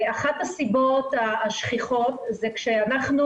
אחת הסיבות השכיחות זה אחרי שאנחנו